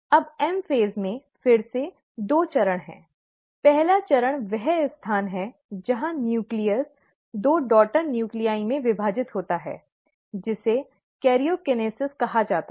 अब M phase में फिर से दो चरण हैं पहला चरण वह स्थान है जहाँ न्यूक्लियस दो डॉटर नूक्लीआइ में विभाजित होता है जिसे करियोकिनेसिस कहा जाता है